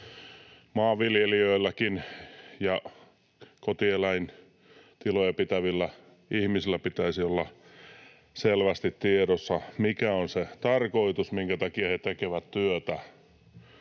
Maanviljelijöilläkin ja kotieläintiloja pitävillä ihmisillä pitäisi olla selvästi tiedossa, mikä on se tarkoitus, minkä takia he tekevät työtä.